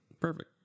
Perfect